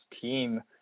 team